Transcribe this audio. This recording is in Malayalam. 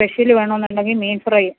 സ്പെഷ്യല് വേണമെന്നുണ്ടെങ്കിൽ മീൻ ഫ്രൈ